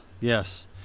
yes